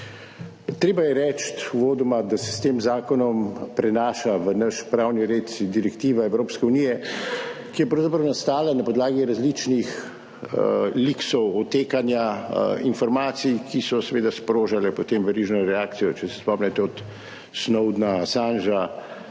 treba reči, da se s tem zakonom prenaša v naš pravni red direktiva Evropske unije, ki je pravzaprav nastala na podlagi različnih leaksov, odtekanja informacij, ki so seveda sprožale potem verižno reakcijo, če se spomnite od Snowdna,